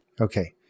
Okay